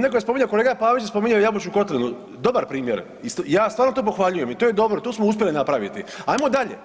Neko je spominjao, kolega Pavić je spominjao Jabučnu kotlinu, dobar primjer, ja stvarno to pohvaljujem i to je dobro, tu smo uspjeli napraviti, ajmo dalje,